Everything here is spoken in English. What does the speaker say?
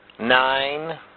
Nine